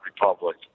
Republic